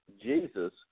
Jesus